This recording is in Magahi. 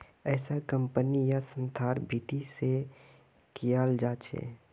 ऐसा कम्पनी या संस्थार भीती से कियाल जा छे